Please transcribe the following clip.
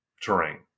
terrain